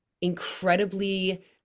incredibly